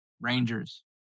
Rangers